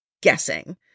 guessing